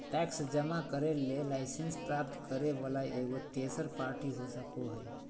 tax जमा करे ले लाइसेंस प्राप्त करे वला एगो तेसर पार्टी हो सको हइ